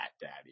Daddy